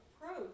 approach